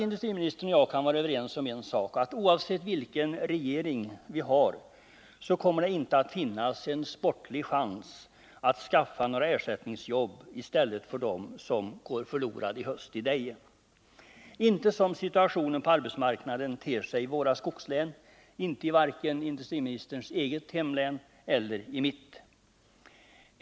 Industriministern och jag kan vara överens om en sak, nämligen att oavsett vilken regering vi har så kommer det inte att finnas en sportslig chans att skaffa några ersättningsjobb i stället för dem som går förlorade i Deje i höst — inte som situationen på arbetsmarknaden ter sig i skogslänen, både i industriministerns hemlän och i mitt.